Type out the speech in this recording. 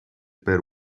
per